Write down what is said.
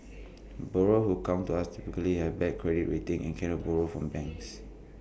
borrow who come to us typically have bad credit rating and cannot borrow from banks